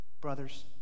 Brothers